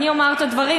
אני אומר את הדברים,